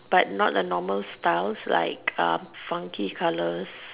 but not the normal styles like um funky colors